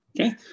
Okay